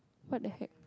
what the heck